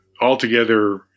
altogether